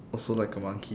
also like a monkey